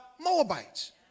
Moabites